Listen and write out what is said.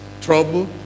trouble